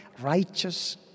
righteous